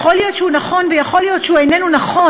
ויכול להיות שהוא נכון ויכול להיות שהוא איננו נכון,